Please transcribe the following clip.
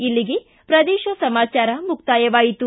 ಇಲ್ಲಿಗೆ ಪ್ರದೇಶ ಸಮಾಚಾರ ಮುಕ್ತಾಯವಾಯಿತು